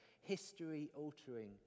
history-altering